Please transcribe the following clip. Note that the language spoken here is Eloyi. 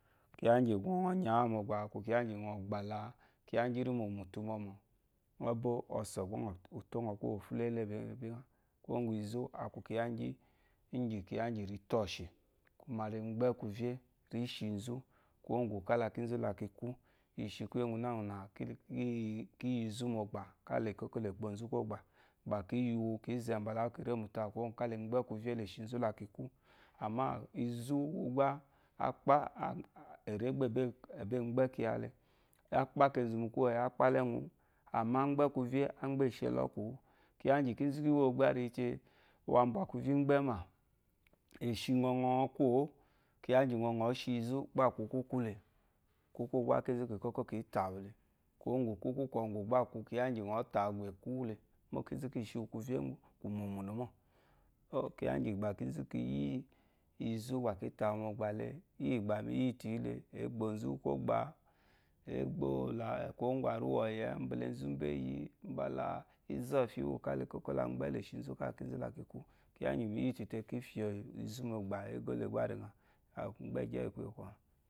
A kwu kyiya íŋgyì ŋɔ gbà la kyiya íŋgyì íŋgyì írímò mu ùtu mɔmɔ̀. Ŋɔ́ bó ɔsɔ̀, ù tó ŋɔ kwú ô fúlélé bí ŋa. Mó izú, a kwu kyiya íŋgyì ri to ɔshì, kwuma ri mgbɛ́ kwuvyé, ri shií nzú, kwuwó ŋgwù kála kínzú la ki kwú. I shi kwúyè úŋgunáŋgwùnà, kí yi izú mu ɔ̀gbà, káa la é kókó la è gbo nzú kwɔgbà, gbà kǐ yi wu, kǐ zɛɛ̀ mbala wú kì rê mu utu àwù kwuwó ŋgwù káa la e mgbɛ́ kwuvyé la è shi nzú la ki kwú. Àmâ izù uwu gbá è ré gba è bée mgbɛ́ kyiya le. Á kpá kkenzu mu kwuwɛyi, á kpá la ɛ́ŋwúu wu àmá á mgbɛ́ kwuvyé á mgbɛ́ e she la ɔ́kwù wu. Kyiya íŋgyì kínzú kí wo gbá ri yi tee, uwu à mbwà kwuvyé ímgbɛ́mà è shi ŋɔ, ŋɔ́ kwú ǒ, kyiya íŋgyì `ŋɔ ŋɔ̌ shi izú, gbá a kwu kwúkwú le. Kwúkwú gbá kínzú kì kókó kíi tà wu le. Kwuwó úŋgyù kwúkwú kwɔ̀ŋgwù gbá a kwu kyiya íŋgyì ŋɔ́ tà wu gbà è kwú le, mó kínzú ki shi wu kwuvyé kwù mùmùnù mô. kyiya íŋgyì gbà kínzú ki yí izú gbà kí tà wu mu ɔgbà le í yì gbá mi yítu yí le, ê gboo nzú kwɔ́gbà kwuwó ŋgwù àrúwɔ̀yɛ̀ mbala enzu úmbéyi, mbala izɔ̂fyì, úwù káa la e kókó la mgbɛ́ la è shi nzú káa kínzú la ki kwú. Kyiya íŋgyì mi yítù te, kí fyè izú mu ɔgbà égó le gbá ri ŋà wù. Mgbɛ́ɛgyɛ